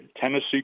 Tennessee